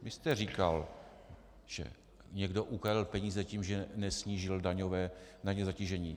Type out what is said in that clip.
Vy jste říkal, že někdo ukradl peníze tím, že nesnížil daňové zatížení.